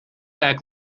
back